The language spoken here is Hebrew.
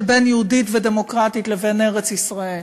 של בין יהודית ודמוקרטית לבין ארץ-ישראל,